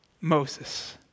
Moses